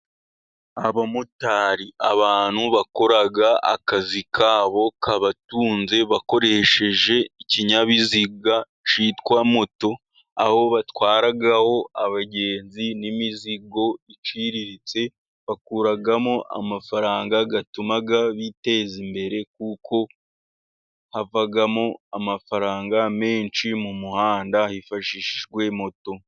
Abamotari abantu bakora akazi kabo kabatunze, bakoresheje ikinyabiziga cyitwa moto. Aho batwaraho abagenzi n'imizigo iciriritse. Bakuramo amafaranga atuma biteza imbere, kuko havamo amafaranga menshi mu muhanda hifashishijwe moto.